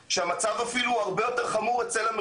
אנחנו מכירים את האופציות האלה,